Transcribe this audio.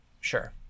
sure